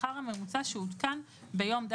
המעודכן באותו יום.